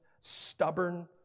stubborn